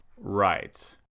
Right